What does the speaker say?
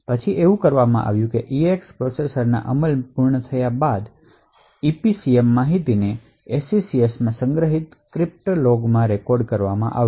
પછી કરવામાં આવ્યું કે EADD પ્રોસેસરમાં અમલમાં પૂર્ણ થયેલ ત્યારબાદ EPCM માહિતીને SECS માં સંગ્રહિત ક્રિપ્ટો લોગમાં રેકોર્ડ કરશે